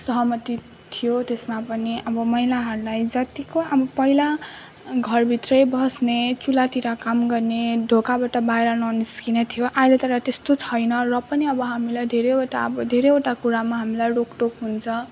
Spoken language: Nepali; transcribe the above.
सहमति थियो त्यसमा पनि अब महिलाहरूलाई जतिको पहिला घरभित्रै बस्ने चुल्हातिर काम गर्ने ढोकाबाट बाहिर ननिस्किने थियो अहिले तर त्यस्तो छैन र पनि अब हामीलाई धेरैवटा अब धेरैवटा कुरामा हामीलाई रोकटोक हुन्छ